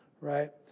right